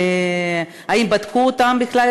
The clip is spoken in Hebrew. והאם בדקו אותם בכלל,